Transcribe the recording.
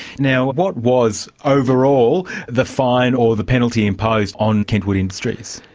now what was overall the fine or the penalty imposed on kentwood industries?